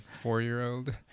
four-year-old